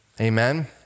Amen